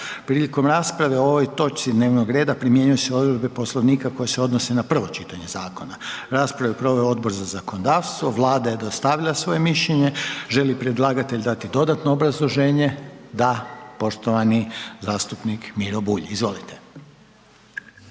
Prilikom rasprave o ovoj točci dnevnog reda primjenjuju se odredbe Poslovnika koje se odnose na prvo čitanje Zakona. Raspravu je proveo Odbor za zakonodavstvo, Vlada .../Govornik se ne razumije./... dostavlja svoje mišljenje. Želi li predlagatelj dati dodatno obrazloženje? Da. Poštovani zastupnik Miro Bulj. Izvolite.